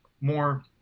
More